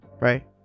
Right